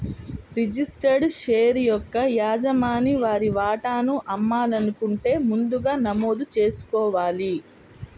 registered share యొక్క యజమాని వారి వాటాను అమ్మాలనుకుంటే ముందుగా నమోదు చేసుకోవాలి